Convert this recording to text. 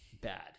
bad